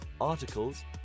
articles